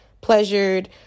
pleasured